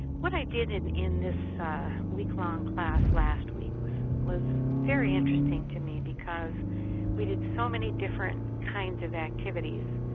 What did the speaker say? what i did in in this weeklong class last week was was very interesting to me because we did so many different kinds of activities.